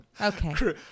Okay